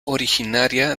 originaria